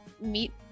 meet